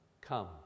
Come